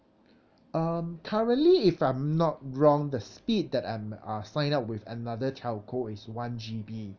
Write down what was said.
um currently if I'm not wrong the speed that I'm uh sign up with another telco is one G_B